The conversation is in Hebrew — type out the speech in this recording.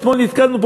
אתמול נתקלנו פה,